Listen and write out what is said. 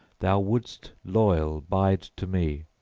thou wouldst loyal bide to me,